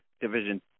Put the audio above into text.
Division